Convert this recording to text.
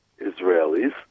Israelis